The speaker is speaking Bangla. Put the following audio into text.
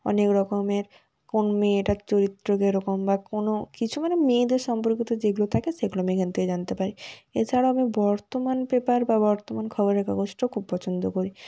অনেক রকমের কোন মেয়েটার চরিত্র কীরকম বা কোনো কিছু মানে মেয়েদের সম্পর্কিত যেগুলো থাকে সেগুলো আমি এখান থেকে জানতে পারি এছাড়াও আমি বর্তমান পেপার বা বর্তমান খবরের কাগজটাও খুব পছন্দ করি